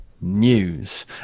news